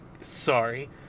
sorry